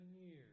years